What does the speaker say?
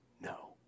No